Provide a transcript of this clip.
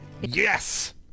Yes